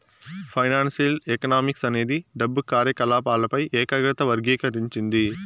financial economics అనేది డబ్బు కార్యకాలపాలపై ఏకాగ్రత వర్గీకరించింది